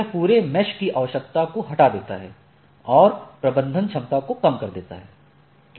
यह पूरे मेश की आवश्यकता को हटा देता है और प्रबंधन क्षमता को कम कर देता है